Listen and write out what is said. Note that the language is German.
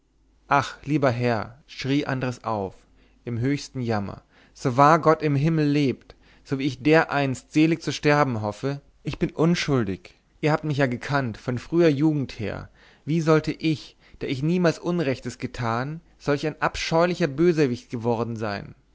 ach lieber herr schrie andres auf im höchsten jammer so wahr gott im himmel lebt so wie ich dereinst selig zu sterben hoffe ich bin unschuldig ihr habt mich ja gekannt von früher jugend her wie sollte ich der ich niemals unrechtes getan solch ein abscheulicher bösewicht geworden sein